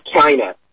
China